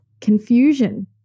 confusion